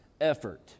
effort